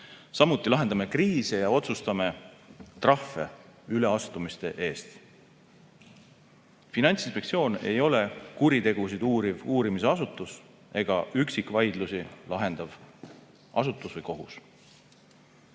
Samuti lahendame kriise ja otsustame trahve üleastumiste eest. Finantsinspektsioon ei ole kuritegusid uuriv uurimisasutus ega üksikvaidlusi lahendav asutus või kohus.